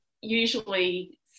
usually